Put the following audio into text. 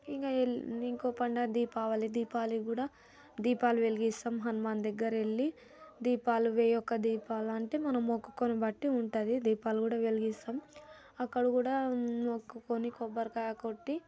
ఇంకా ఇంకో పండుగ దీపావళి దీపావళి కూడా దీపాలు వెలిగిస్తాం హనుమాన్ దగ్గర వెళ్లి దీపాలు వెయ్యొక్క దీపాలు అంటే మనం మొక్కుకున్న బట్టి ఉంటుంది దీపాలు కూడా వెలిగిస్తాం అక్కడ కూడా మొక్కుకొని కొబ్బరి కాయ కొట్టి